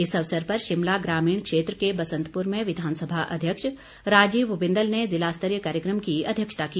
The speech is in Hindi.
इस अवसर पर शिमला ग्रामीण क्षेत्र के बसंतपुर में विधानसभा अध्यक्ष राजीव बिंदल ने जिलास्तरीय कार्यक्रम की अध्यक्षता की